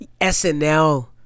SNL